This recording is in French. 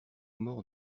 morts